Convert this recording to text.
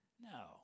No